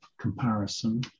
comparison